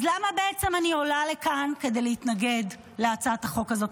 אז למה בעצם אני עולה לכאן כדי להתנגד להצעת החוק הזאת?